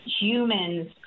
Humans